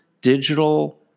digital